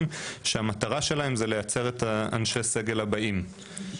כשהמטרה שלהן היא לייצר את אנשי הסגל הבאים,